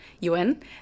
UN